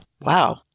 Wow